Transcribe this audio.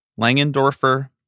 Langendorfer